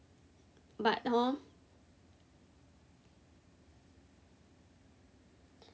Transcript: but hor